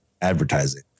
advertising